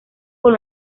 con